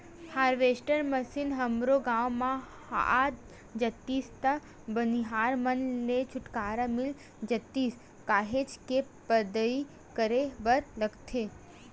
harvester machine हमरो गाँव म आ जातिस त बनिहार मन ले छुटकारा मिल जातिस काहेच के पदई करे बर लगथे